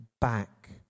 back